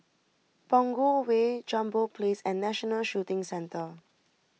Punggol Way Jambol Place and National Shooting Centre